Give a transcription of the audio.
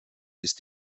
ist